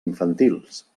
infantils